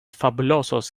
fabulosos